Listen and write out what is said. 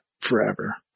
forever